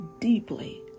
deeply